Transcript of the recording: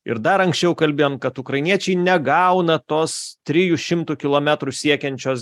ir dar anksčiau kalbėjom kad ukrainiečiai negauna tos trijų šimtų kilometrų siekiančios